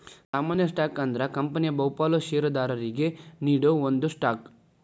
ಸಾಮಾನ್ಯ ಸ್ಟಾಕ್ ಅಂದ್ರ ಕಂಪನಿಯ ಬಹುಪಾಲ ಷೇರದಾರರಿಗಿ ನೇಡೋ ಒಂದ ಸ್ಟಾಕ್